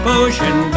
ocean